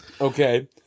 Okay